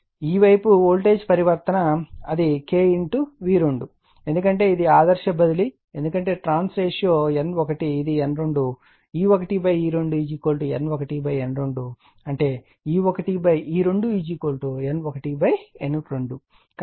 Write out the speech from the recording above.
ఈ వైపు వోల్టేజ్ పరివర్తన అది K V2 అవుతుంది ఎందుకంటే ఇది ఆదర్శ బదిలీ ఎందుకంటే ఈ ట్రాన్స్ రేషియో N1 ఇది N2 E1 E2 N1 N2 అంటే E1 E2 N1 N2